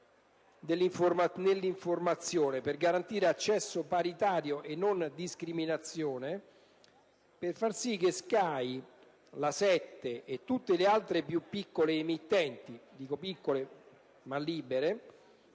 nell'informazione, per garantire accesso paritario e non discriminatorio e per far sì che Sky, La7 e tutte le altre più piccole emittenti televisive (piccole ma libere)